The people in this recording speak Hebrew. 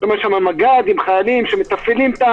יש שם מג"ד עם חיילים שמתפעלים,